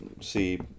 see